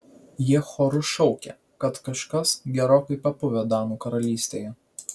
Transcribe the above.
jie choru šaukia kad kažkas gerokai papuvę danų karalystėje